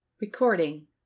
Recording